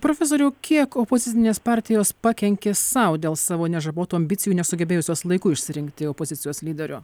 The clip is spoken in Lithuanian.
profesoriau kiek opozicinės partijos pakenkė sau dėl savo nežabotų ambicijų nesugebėjusios laiku išsirinkti opozicijos lyderio